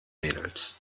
mädels